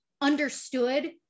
understood